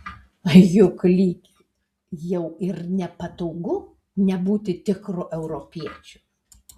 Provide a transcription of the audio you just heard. juk lyg jau ir nepatogu nebūti tikru europiečiu